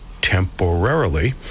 temporarily